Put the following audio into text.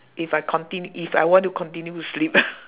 if I contin~ if I want to continue to sleep